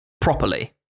properly